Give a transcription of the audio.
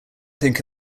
think